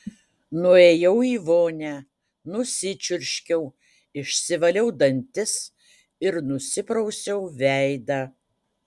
nuėjau į vonią nusičiurškiau išsivaliau dantis ir nusiprausiau veidą